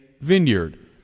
vineyard